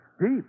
Deep